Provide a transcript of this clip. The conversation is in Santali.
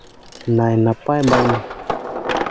ᱱᱟᱭ ᱱᱟᱯᱟᱭ ᱵᱟᱢ